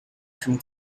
from